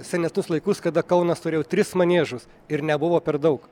senesnius laikus kada kaunas turėjo tris maniežus ir nebuvo per daug